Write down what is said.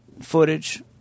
footage